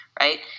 Right